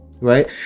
Right